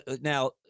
now